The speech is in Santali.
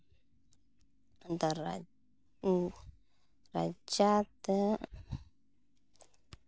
ᱫᱟ ᱨᱟᱡᱽ ᱨᱟᱡᱟ ᱫᱚ